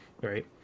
right